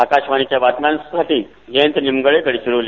आकाशवाणीच्या बातम्यांसाठी जयंत निमगडे गडचिरोली